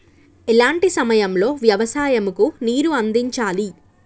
ఎలాంటి సమయం లో వ్యవసాయము కు నీరు అందించాలి?